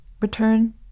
return